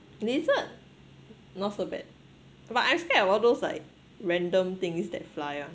lizard not so bad but I'm scared of all those like random things that fly ah